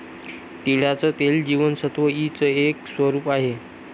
तिळाचं तेल जीवनसत्व ई च एक स्वरूप आहे